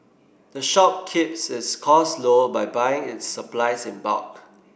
the shop keeps its costs low by buying its supplies in bulk